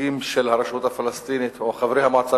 נציגים של הרשות הפלסטינית או חברי המועצה